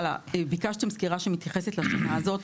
ביקשתם סקירה שמתייחסת לשנה הזו.